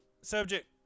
subject